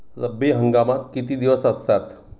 रब्बी हंगामात किती दिवस असतात?